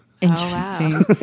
interesting